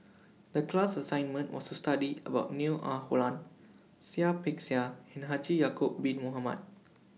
The class assignment was to study about Neo Ah Luan Seah Peck Seah and Haji Ya'Acob Bin Mohamed